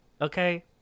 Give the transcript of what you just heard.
Okay